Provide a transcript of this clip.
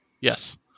Yes